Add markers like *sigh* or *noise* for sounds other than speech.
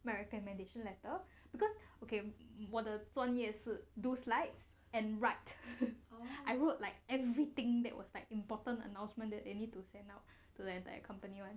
my recommendation letter because okay 我的专业是 do slides and write *laughs* I wrote like everything that was like important announcement that you need to send out to the entire company [one]